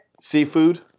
Seafood